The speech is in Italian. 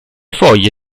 foglie